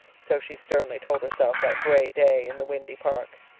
so she sternly told herself that gray day in the windy park.